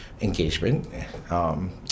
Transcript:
engagement